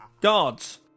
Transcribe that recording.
Guards